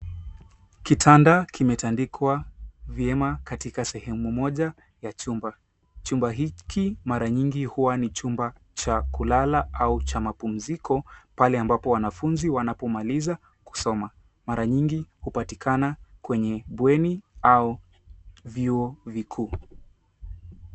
kitanda kimetandikwa vyema katika sehemu moja ya chumba. chumba hiki mara nyingi huwa huwa ni chumba cha kulala au cha mapumziko pale ambapo wanafunzi wanapomaliza kusoma. mara nyingi upatikana kwenye pweni au vyuo vikuu.